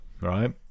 right